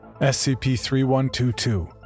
SCP-3122